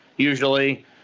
Usually